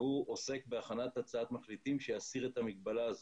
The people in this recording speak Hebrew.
והוא ועסק בהכנת הצעת מחליטים כדי להסיר את המגבלה הזאת.